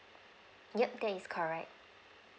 yup that is correct